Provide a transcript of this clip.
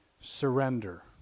surrender